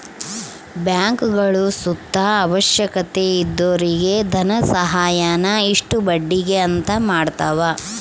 ಬ್ಯಾಂಕ್ಗುಳು ಸುತ ಅವಶ್ಯಕತೆ ಇದ್ದೊರಿಗೆ ಧನಸಹಾಯಾನ ಇಷ್ಟು ಬಡ್ಡಿಗೆ ಅಂತ ಮಾಡತವ